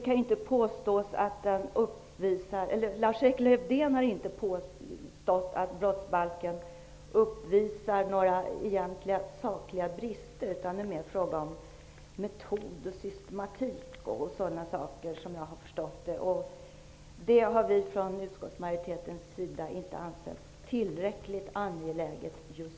Lars Erik Lövdén har inte påstått att brottsbalken uppvisar några egentliga sakliga brister, utan såvitt jag har förstått är det mer fråga om metod, systematik och liknande. Detta har vi från utskottsmajoritetens sida inte ansett vara tillräckligt angeläget just nu.